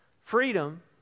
freedom